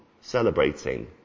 celebrating